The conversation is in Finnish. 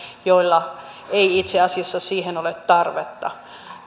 joilla ei itse asiassa siihen ole tarvetta